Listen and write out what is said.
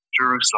Jerusalem